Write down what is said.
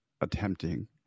attempting